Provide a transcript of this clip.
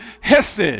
hesed